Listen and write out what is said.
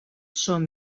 som